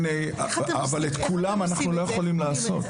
אבל את כולם אנחנו לא יכולים לעשות.